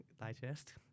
digest